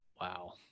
Wow